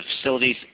facilities